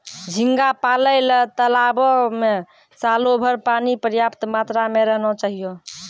झींगा पालय ल तालाबो में सालोभर पानी पर्याप्त मात्रा में रहना चाहियो